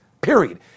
period